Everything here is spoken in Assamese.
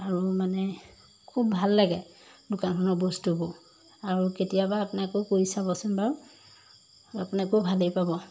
আৰু মানে খুব ভাল লাগে দোকানখনৰ বস্তুবোৰ আৰু কেতিয়াবা আপোনাকো কৰি চাবচোন বাৰু আপোনাকো ভালেই পাব